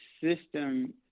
system